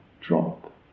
drop